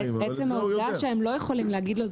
אבל עצם העובדה שהם לא יכולים להגיד לו,